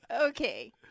Okay